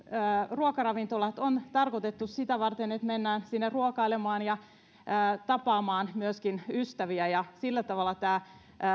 ruokaravintolat on tarkoitettu sitä varten että mennään sinne ruokailemaan ja myöskin tapaamaan ystäviä ja sillä tavalla tämä